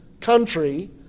country